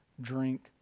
drink